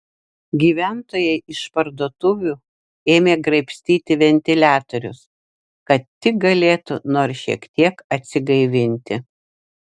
gyventojai iš parduotuvių ėmė graibstyti ventiliatorius kad tik galėtų nors šiek tiek atsigaivinti